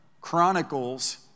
chronicles